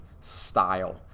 style